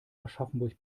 aschaffenburg